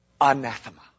anathema